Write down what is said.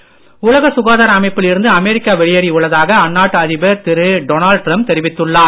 America உலக சுகாதார அமைப்பில் இருந்து அமெரிக்கா வெளியேறி உள்ளதாக அந்நாட்டு அதிபர் திரு டொனால்ட் டிரம்ப் தெரிவித்துள்ளார்